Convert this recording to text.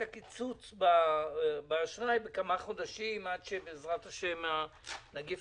הקיצוץ באשראי בכמה חודשים עד שבעזרת השם נגיף